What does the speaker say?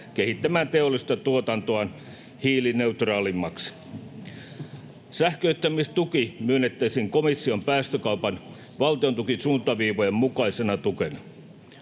kehittämään teollista tuotantoaan hiilineutraalimmaksi. Sähköistämistuki myönnettäisiin komission päästökaupan valtiontukisuuntaviivojen mukaisena tukena.